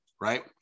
Right